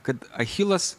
kad achilas